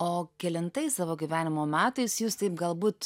o kelintais savo gyvenimo metais jūs taip galbūt